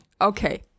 Okay